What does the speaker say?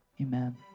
Amen